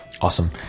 Awesome